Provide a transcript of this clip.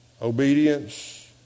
Obedience